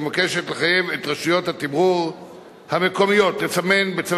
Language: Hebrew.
שמבקשת לחייב את רשויות התמרור המקומיות לסמן בצבע